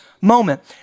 moment